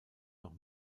noch